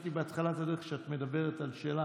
חשבתי בהתחלת דברייך שאת מדברת על שלך.